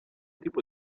tipo